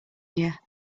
here